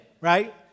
Right